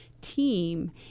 team